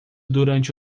durante